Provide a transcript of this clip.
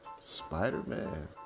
Spider-Man